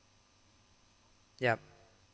yup